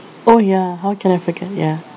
oh ya how can I forget ya